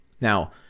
Now